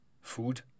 Food